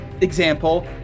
example